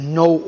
no